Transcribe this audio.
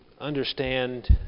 understand